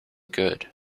good